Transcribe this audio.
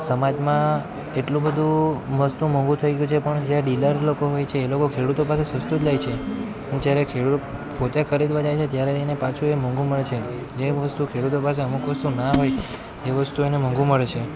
સમાજમાં એટલું બધું વસ્તુ મોંઘું થઈ ગયું છે પણ ડીલર લોકો હોય છે એ લોકો ખેડૂતો પાસે સસ્તું જ લે છે જ્યારે ખેડૂત પોતે ખરીદવા જાય છે ત્યારે એને પાછું એ મોંઘું મળે છે જે વસ્તુ ખેડૂતો પાસે અમુક વસ્તુ ન હોય તે વસ્તુ એને મોંઘું મળે છે